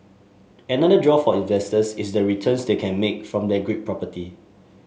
another draw for investors is the returns they can make from their Greek property